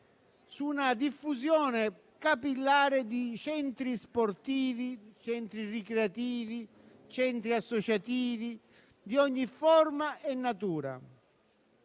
su una diffusione capillare di centri sportivi, ricreativi e associativi di ogni forma e natura.